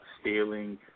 stealing